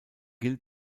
die